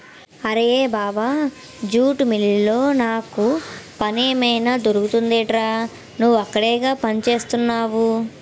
అరేయ్ బావా జూట్ మిల్లులో నాకు పనేమైనా దొరుకుతుందెట్రా? నువ్వక్కడేగా పనిచేత్తున్నవు